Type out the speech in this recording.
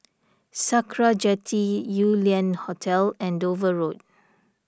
Sakra Jetty Yew Lian Hotel and Dover Road